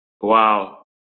Wow